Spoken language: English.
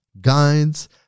guides